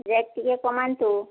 rate ଟିକେ କମାନ୍ତୁ